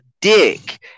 dick